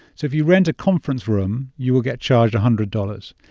so if you rent a conference room, you will get charged a hundred dollars.